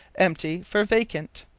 empty for vacant.